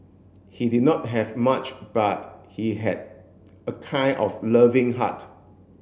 he did not have much but he had a kind of loving heart